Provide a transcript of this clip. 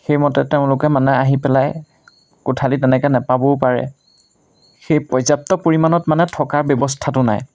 সেইমতে তেওঁলোকে মানে আহি পেলাই কোঠালি তেনেকৈ নেপাবও পাৰে সেই পৰ্যাপ্ত পৰিমাণত মানে থকাৰ ব্যৱস্থাটো নাই